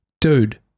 Dude